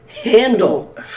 handle